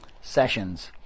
sessions